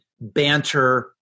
banter